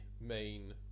main